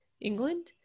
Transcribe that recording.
England